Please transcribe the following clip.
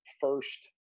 first